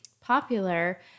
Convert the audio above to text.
popular